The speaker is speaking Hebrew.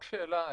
רק שאלה.